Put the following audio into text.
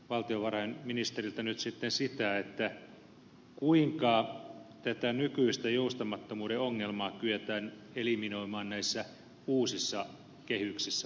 kysyisinkin valtiovarainministeriltä nyt sitä kuinka tätä nykyistä joustamattomuuden ongelmaa kyetään eliminoimaan näissä uusissa kehyksissä kaiken kaikkiaan